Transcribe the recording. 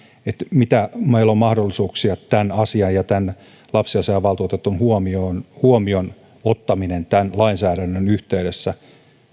mitä mahdollisuuksia meillä on tämän asian ja lapsiasiavaltuutetun huomion huomioon ottamiseksi tämän lainsäädännön yhteydessä